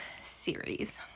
series